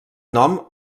nom